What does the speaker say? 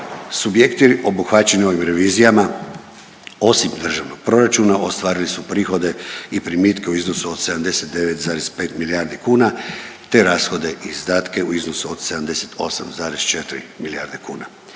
Subjekti obuhvaćeni ovim revizijama, osim državnog proračuna ostvarili su prihode i primitke u iznosu od 79,5 milijardi kuna te rashode i izdatke u iznosu od 78,4 milijarde kuna.